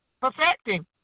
perfecting